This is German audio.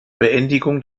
beendigung